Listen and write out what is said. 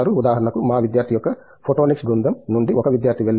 ఉదాహరణకు మా విద్యార్థి యొక్క ఫోటోనిక్స్ బృందం నుండి 1 విద్యార్థి వెళ్ళాడు